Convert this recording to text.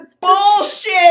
bullshit